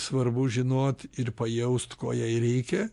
svarbu žinot ir pajaust ko jai reikia